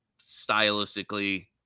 stylistically